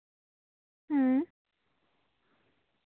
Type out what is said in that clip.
ᱦᱮᱸ